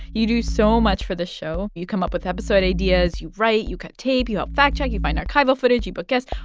you do so much for the show. you come up with episode ideas. you write. you cut tape. you help fact check. you find archival footage. you book guests.